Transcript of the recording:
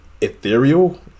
ethereal